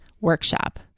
workshop